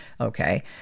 Okay